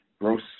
Gross